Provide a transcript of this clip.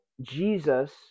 Jesus